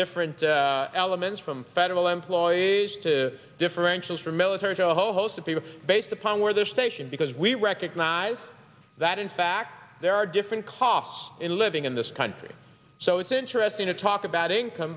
different elements from federal employees to differentials from military to a whole host of people based upon where they're stationed because we recognize that in fact there are different costs in living in this country so it's interesting to talk about income